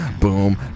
Boom